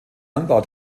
anbau